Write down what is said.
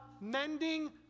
mending